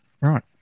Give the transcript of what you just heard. Right